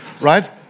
Right